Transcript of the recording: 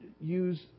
use